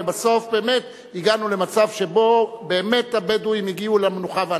ובסוף באמת הגענו למצב שבו באמת הבדואים הגיעו למנוחה ולנחלה.